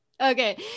Okay